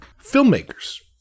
filmmakers